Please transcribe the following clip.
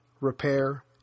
repair